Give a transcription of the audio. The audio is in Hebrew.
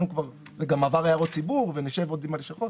זה גם עבר הערות ציבור ונשב שוב עם הלשכות.